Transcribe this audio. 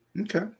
Okay